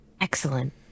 excellent